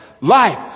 life